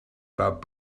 about